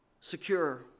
Secure